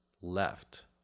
left